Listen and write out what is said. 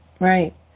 right